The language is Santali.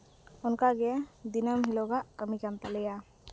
ᱚᱱᱠᱟᱜᱮ ᱫᱤᱱᱟᱹᱢ ᱦᱤᱞᱳᱜᱟᱜ ᱠᱟᱹᱢᱤ ᱠᱟᱱ ᱛᱟᱞᱮᱭᱟ